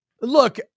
look